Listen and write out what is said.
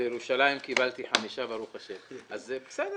בירושלים קיבלתי חמישה, ברוך השם, אז זה בסדר.